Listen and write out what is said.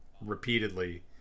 repeatedly